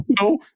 no